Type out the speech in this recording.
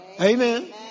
Amen